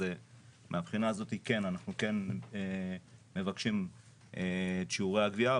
מהבחינה הזאת אנחנו כן מבקשים את שיעורי הגבייה,